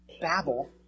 babble